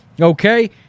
Okay